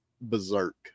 berserk